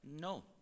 no